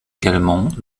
également